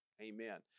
amen